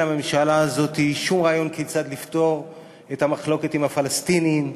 אין לממשלה הזאת שום רעיון כיצד לפתור את המחלוקת עם הפלסטינים.